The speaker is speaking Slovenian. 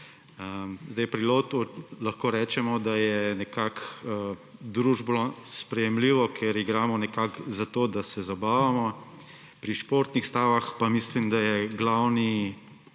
Pri lotu lahko rečemo, da je nekako družbeno sprejemljivo, ker igramo, zato da se zabavamo, pri športnih stavah pa mislim, da je glavni